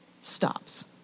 stops